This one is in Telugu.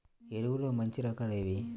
ఎరువుల్లో మంచి రకాలు ఏవి?